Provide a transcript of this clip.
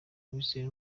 uwizeye